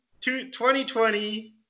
2020